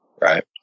right